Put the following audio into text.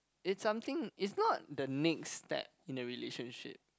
it's something it's not the next step in the relationship